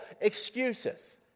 excuses